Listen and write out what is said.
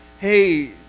hey